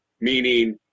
Meaning